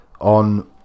on